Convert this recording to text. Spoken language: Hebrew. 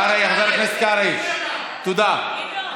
חבר הכנסת קרעי, תודה.